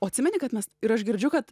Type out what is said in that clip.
atsimeni kad mes ir aš girdžiu kad